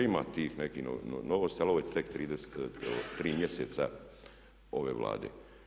Ima tih nekih novosti, ali ovo je tek 3 mjeseca ove Vlade.